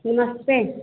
नमस्ते